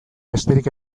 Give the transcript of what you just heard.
besterik